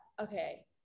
okay